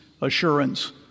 assurance